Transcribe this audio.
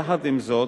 יחד עם זאת,